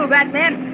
Batman